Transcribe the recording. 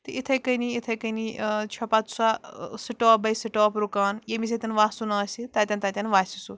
تہٕ یِتھَے کَنی یِتھَے کَنی چھےٚ پَتہٕ سۄ سِٹاپ بَے سِٹاپ رُکان ییٚمِس ییٚتٮ۪ن وَسُن آسہِ تَتٮ۪ن تَتٮ۪ن وَسہِ سُہ